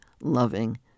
loving